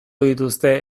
dituzte